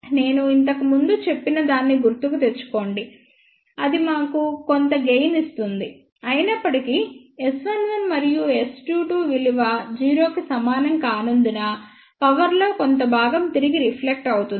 నేను ఇంతకుముందు చెప్పినదాన్ని గుర్తుకు తెచ్చుకోండి అది మాకు కొంత గెయిన్ ఇస్తుంది అయినప్పటికీ S11 మరియు S22 విలువ 0 కి సమానం కానందున పవర్ లో కొంత భాగం తిరిగి రిఫ్లెక్ట్ అవుతుంది